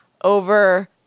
over